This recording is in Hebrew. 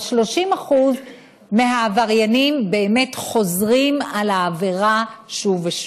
אבל 30% מהעבריינים חוזרים על העבירה שוב ושוב.